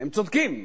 הם צודקים.